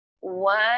One